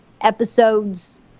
episodes